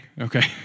okay